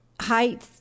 Height